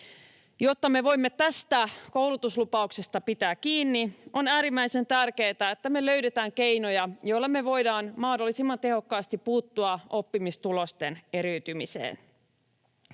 Jotta me voimme tästä koulutuslupauksesta pitää kiinni, on äärimmäisen tärkeätä, että me löydetään keinoja, joilla me voidaan mahdollisimman tehokkaasti puuttua oppimistulosten eriytymiseen.